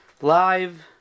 live